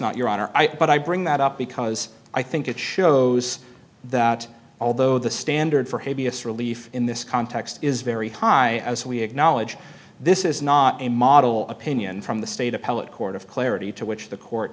not your honor i but i bring that up because i think it shows that although the standard for habeas relief in this context is very high as we acknowledge this is not a model opinion from the state appellate court of clarity to which the court